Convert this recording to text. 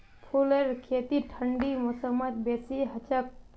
फूलेर खेती ठंडी मौसमत बेसी हछेक